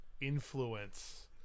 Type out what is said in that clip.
influence